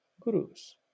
gurus